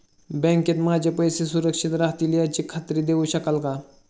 बँकेत माझे पैसे सुरक्षित राहतील याची खात्री देऊ शकाल का?